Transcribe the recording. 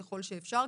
ככל שאפשר.